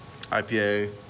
IPA